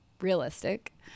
realistic